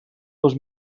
dos